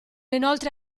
inoltre